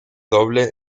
doble